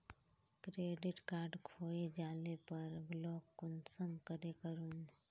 Credit card खोये जाले पर ब्लॉक कुंसम करे करूम?